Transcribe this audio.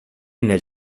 nel